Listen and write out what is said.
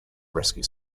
rescue